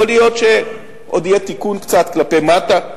יכול להיות שעוד יהיה תיקון קצת כלפי מטה,